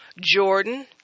Jordan